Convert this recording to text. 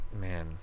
Man